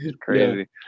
Crazy